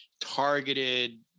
targeted